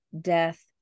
death